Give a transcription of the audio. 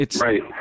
Right